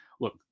Look